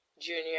junior